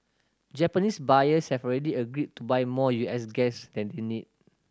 Japanese buyers have already agreed to buy more U S gas than they need